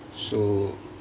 sp